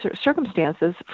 circumstances